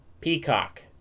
Peacock